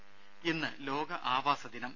ദര ഇന്ന് ലോക ആവാസ ദിനം